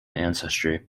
ancestry